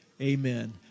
amen